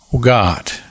God